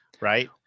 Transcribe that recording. right